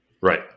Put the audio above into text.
Right